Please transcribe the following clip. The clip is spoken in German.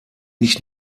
nicht